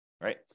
Right